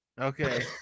Okay